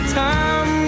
time